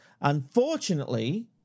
Unfortunately